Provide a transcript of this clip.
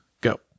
Go